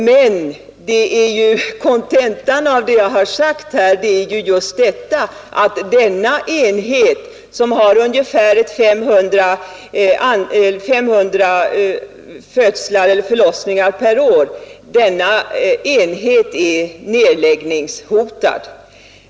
Men kontentan av det jag har sagt här är ju det förhållandet att ifrågavarande enhet, som har ungefär 500 förlossningar per år, är nedläggningshotad.